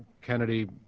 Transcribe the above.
Kennedy